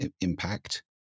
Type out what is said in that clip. impact